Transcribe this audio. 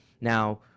Now